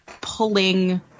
pulling